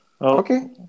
Okay